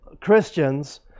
Christians